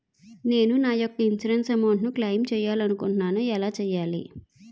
నేను నా యెక్క ఇన్సురెన్స్ అమౌంట్ ను క్లైమ్ చేయాలనుకుంటున్నా ఎలా చేయాలి?